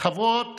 חברות